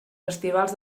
festivals